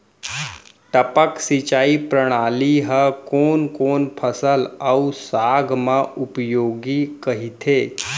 टपक सिंचाई प्रणाली ह कोन कोन फसल अऊ साग म उपयोगी कहिथे?